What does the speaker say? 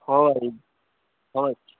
ହଉ ଭାଇ ହଉ ଭାଇ